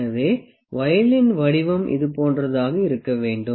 எனவே வொயிலின் வடிவம் இதுபோன்றதாக இருக்க வேண்டும்